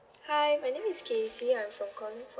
hi my name is kexy I'm from calling from